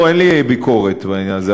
אין לי ביקורת בעניין הזה.